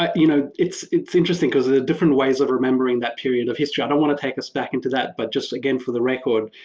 you know it's it's interesting because of the different ways of remembering that period of history. i don't want to take us back into that but just again, for the record.